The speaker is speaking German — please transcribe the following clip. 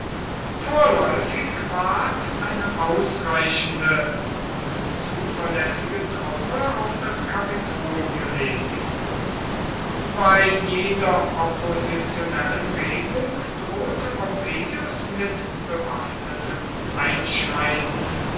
vorläufig ward eine ausreichende und zuverlässige truppe auf das kapitol gelegt bei jeder oppositionellen regung drohte pompeius mit bewaffnetem einschreiten